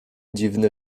dziwny